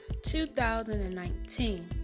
2019